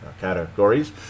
categories